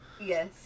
Yes